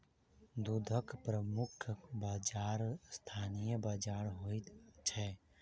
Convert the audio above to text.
दूधक प्रमुख बाजार स्थानीय बाजार होइत छै